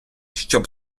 щоб